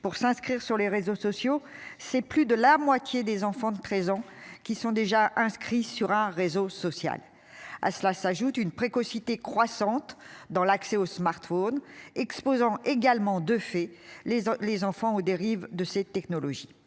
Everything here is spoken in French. pour s'inscrire sur les réseaux sociaux. C'est plus de la moitié des enfants de 13 ans qui sont déjà inscrits sur un réseau social. À cela s'ajoute une précocité croissante dans l'accès aux smartphones exposants également de fait les les enfants aux dérives de cette technologie.